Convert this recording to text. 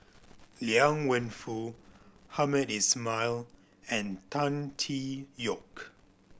Liang Wenfu Hamed Ismail and Tan Tee Yoke